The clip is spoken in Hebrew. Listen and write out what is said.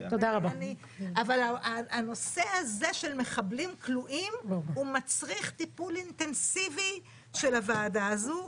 אבל הנושא הזה של מחבלים כלואים מצריך טיפול אינטנסיבי של הוועדה הזאת.